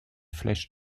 flèche